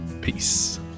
peace